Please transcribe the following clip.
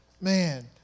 Man